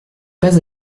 pas